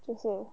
(uh huh)